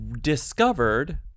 discovered